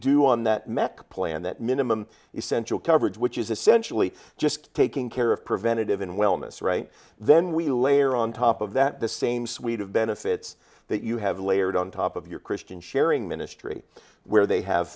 you on that met plan that minimum essential coverage which is essentially just taking care of preventative and wellness right then we layer on top of that the same suite of benefits that you have layered on top of your christian sharing ministry where they have